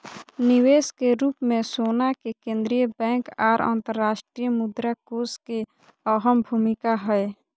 निवेश के रूप मे सोना मे केंद्रीय बैंक आर अंतर्राष्ट्रीय मुद्रा कोष के अहम भूमिका हय